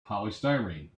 polystyrene